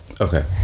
Okay